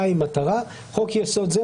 2. מטרה חוק-יסוד זה,